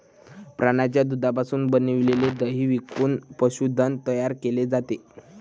प्राण्यांच्या दुधापासून बनविलेले दही विकून पशुधन तयार केले जाते